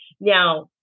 Now